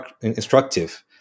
instructive